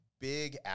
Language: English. big